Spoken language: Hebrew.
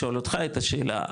לשאול אותך את השאלה,